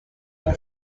que